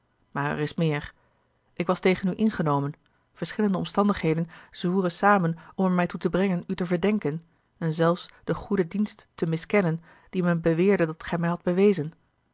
er is meer ik was tegen u ingenomen verschillende omstandigheden zwoeren samen om er mij toe te brengen u te verdenken en zelfs den goeden dienst te miskennen die men beweerde dat gij mij hadt bewezen